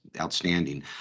outstanding